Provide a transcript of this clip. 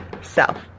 self